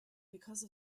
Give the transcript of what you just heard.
because